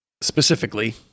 specifically